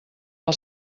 del